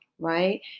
right